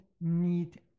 need